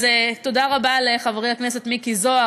אז תודה רבה לחברי הכנסת מיקי זוהר,